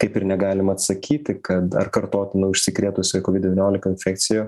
kaip ir negalim atsakyti kad ar kartotinai užsikrėtusi kovid devyniolika infekcija